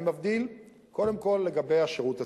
אני מבדיל קודם כול לגבי השירות הצבאי.